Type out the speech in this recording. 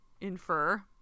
infer